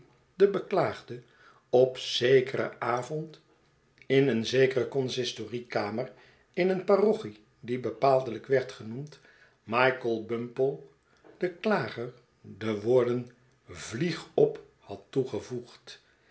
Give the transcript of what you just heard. de beklaagde op zekeren avond in een zekere consistorie kamer in een parochie die bepaaldelijk werd genoemd michael bumple den klager de woorden vlieg op had toegevoegd